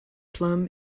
plum